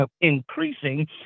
increasing